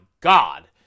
God